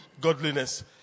godliness